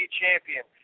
champion